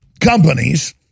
companies